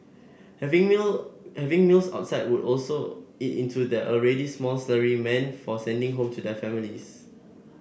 having meal having meals outside would also eat into their already small salary meant for sending home to their families